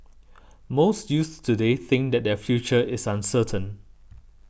most youths today think that their future is uncertain